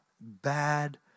bad